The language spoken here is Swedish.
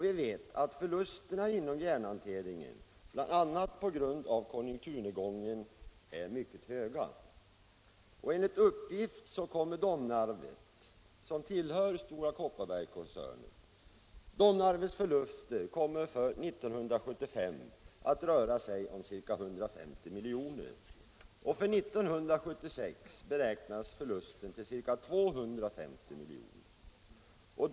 Vi vet att förlusterna inom järnhanteringen, bl.a. på grund av konjunkturnedgången, är mycket stora. Enligt uppgift kommer Domnarvets Jernverk — som tillhör Stora Kopparberg-koncernen att för år 1975 ha förluster som torde röra sig om ca 150 miljoner, och för år 1976 beräknas förlusten uppgå till ca 250 milj.kr.